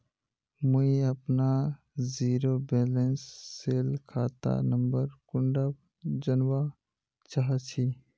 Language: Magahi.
मुई अपना जीरो बैलेंस सेल खाता नंबर कुंडा जानवा चाहची?